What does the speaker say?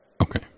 Okay